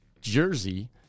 jersey